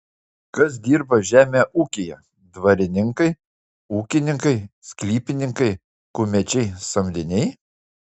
kas dirba žemę ūkyje dvarininkai ūkininkai sklypininkai kumečiai samdiniai